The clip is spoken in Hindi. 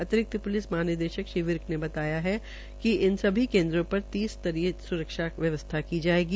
अतिरिक्त प्लिस महानिदेशक श्री विर्क ने बताया कि सभी केन्द्रों पर तीन स्तरीय स्रक्षा व्यसस्था की जायेगी